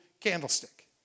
candlestick